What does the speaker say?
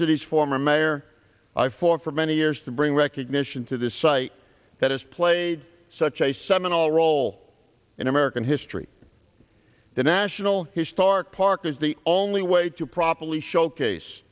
city's former mayor i fought for many years to bring recognition to this site that has played such a seminal role in american history the national historic park is the only way to properly showcase